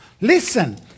Listen